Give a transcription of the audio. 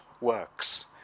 works